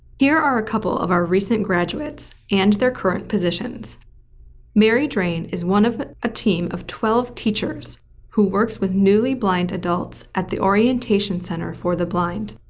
here are a couple of our recent graduates and their current positions mary drain is one of a team of twelve teachers who works with newly blind adults at the orientation center for the blind,